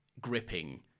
gripping